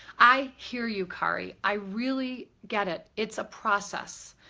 i hear you kari. i really get it. it's a process.